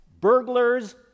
burglars